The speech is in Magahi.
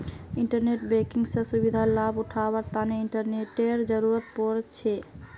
इंटरनेट बैंकिंग स सुविधार लाभ उठावार तना इंटरनेटेर जरुरत पोर छे